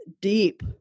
deep